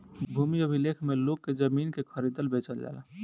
भूमि अभिलेख में लोग के जमीन के खरीदल बेचल जाला